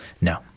No